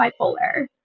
bipolar